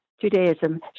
Judaism